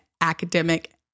academic